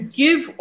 give